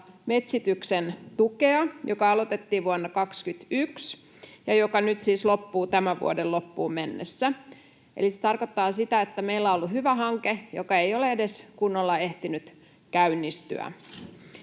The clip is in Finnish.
metsityksen tukea, joka aloitettiin vuonna 21 ja joka nyt siis loppuu tämän vuoden loppuun mennessä. Eli se tarkoittaa sitä, että meillä on ollut hyvä hanke, joka ei ole edes kunnolla ehtinyt käynnistyä.